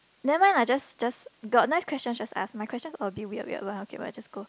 never mind lah just just got next question just ask my questions all a bit weird weird one okay but just go